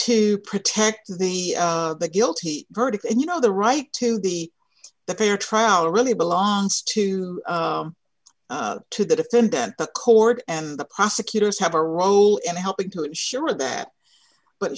to protect the guilty verdict and you know the right to the the fair trial really belongs to to the defendant the court and the prosecutors have a role in helping to ensure that but